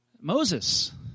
Moses